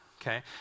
okay